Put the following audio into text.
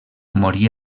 morí